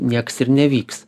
nieks ir nevyks